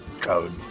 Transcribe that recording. code